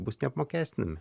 bus neapmokestinami